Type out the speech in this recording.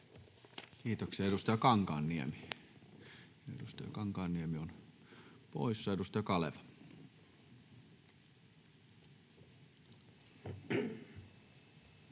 Kiitoksia. — Edustaja Kankaanniemi, edustaja Kankaanniemi on poissa. — Edustaja Kaleva.